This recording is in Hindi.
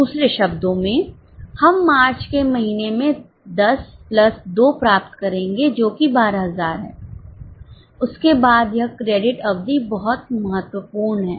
दूसरे शब्दों में हम मार्च के महीने में 10 प्लस 2 प्राप्त करेंगे जो कि 12000 है उसके बाद यह क्रेडिट अवधि बहुत महत्वपूर्ण हैं